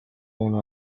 اونو